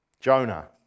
Jonah